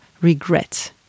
regret